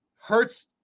hurts